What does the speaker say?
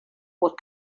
what